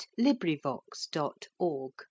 LibriVox.org